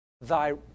Thy